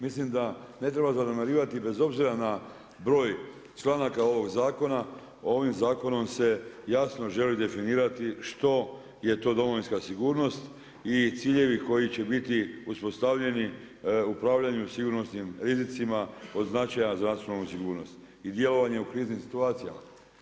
Mislim da ne treba zanemarivati bez obzira na broj članaka ovog zakona, ovim zakonom se jasno želi definirati što je to Domovinska sigurnost i ciljevi koji će biti uspostavljeni upravljanju sigurnosnim rizicima od značaja … i djelovanje u kriznim situacijama.